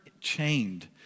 chained